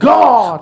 God